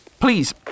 Please